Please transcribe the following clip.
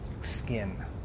skin